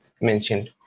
mentioned